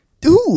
Dude